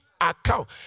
account